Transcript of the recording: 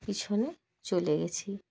পিছনে চলে গেছি